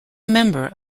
member